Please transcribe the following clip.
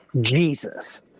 Jesus